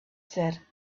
said